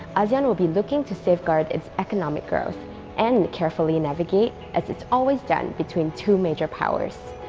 asean will be looking to safeguard its economic growth and carefully navigate, as it's always done, between two major powers.